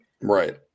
Right